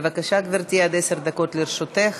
בבקשה, גברתי, עד עשר דקות לרשותך.